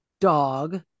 dog